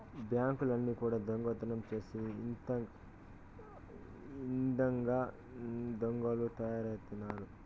బ్యాంకుల్ని కూడా దొంగతనం చేసే ఇదంగా దొంగలు తయారైనారు